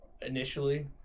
initially